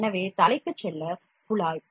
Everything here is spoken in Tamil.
எனவே தலைக்குச் செல்ல குழாய்